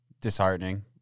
disheartening